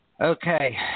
Okay